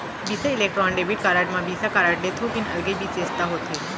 बिसा Electron debit card म Visa card ले थोकिन अलगे बिसेसता होथे